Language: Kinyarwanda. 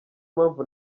mpamvu